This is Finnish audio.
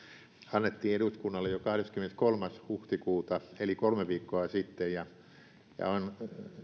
annettiin eduskunnalle jo kahdeskymmeneskolmas huhtikuuta eli kolme viikkoa sitten on